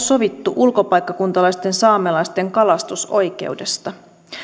sovittu ulkopaikkakuntalaisten saamelaisten kalastusoikeudesta